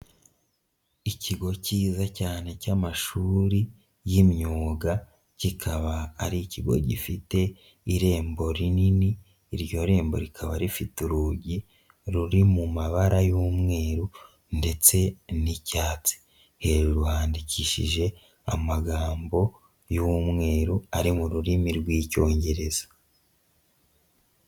Ikigo cyiza cyane cy'amashuri y'imyuga, kikaba ari ikigo gifite irembo rinini, iryo rembo rikaba rifite urugi ruri mu mabara y'umweru ndetse n'icyatsi, hejuru handikishije amagambo y'umweru ari mu rurimi rw'icyongereza.